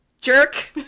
jerk